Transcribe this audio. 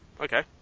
Okay